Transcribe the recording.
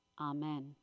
Amen